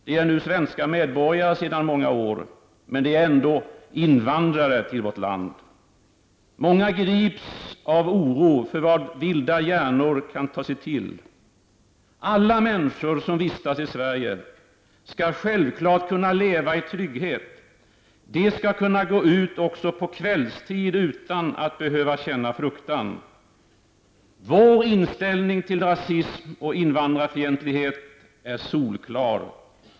De är nu svenska medborgare sedan många år, men de är ändå invandrare till vårt land. Många grips av oro för vad vilda hjärnor kan ta sig till. Alla människor som vistas i Sverige skall självklart kunna leva i trygghet; de skall kunna gå ut också på kvällstid utan att behöva känna fruktan. Vår inställning till rasism och invandrarfientlighet är solklar.